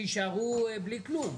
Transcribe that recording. שיישארו בלי כלום.